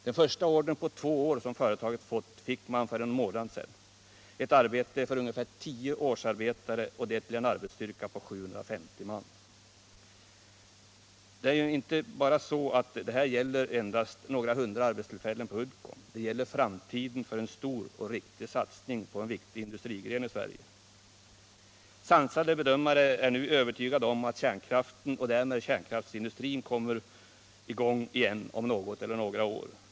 Den första order som företaget fått på två år fick man för någon månad sedan, ett arbete för ungefär tio årsarbetare och det till en arbetsstyrka på 750 man. Det här gäller nu inte endast några hundra arbetstillfällen på Uddcomb. Det gäller framtiden för en stor och riktig satsning på en viktig industrigren i Sverige. Sansade bedömare är nu övertygade om att kärnkraften och därmed kärnkraftsindustrin kommer i gång igen om något eller några år.